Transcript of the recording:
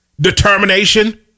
determination